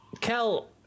Kel